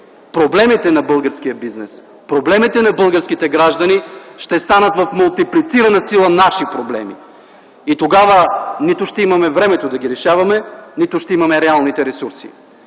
проблемите на българския бизнес, проблемите на българските граждани ще станат в мултиплицирана сила наши проблеми. Тогава нито ще имаме времето да ги решаваме, нито ще имаме реалните ресурси.